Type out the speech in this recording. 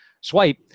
swipe